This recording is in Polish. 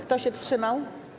Kto się wstrzymał?